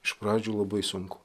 iš pradžių labai sunku